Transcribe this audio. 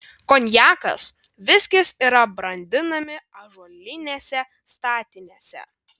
konjakas viskis yra brandinami ąžuolinėse statinėse